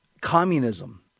communism